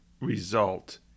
result